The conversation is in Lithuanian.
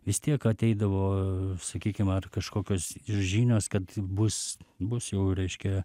vis tiek ateidavo sakykim ar kažkokios žinios kad bus bus jau reiškia